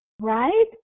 Right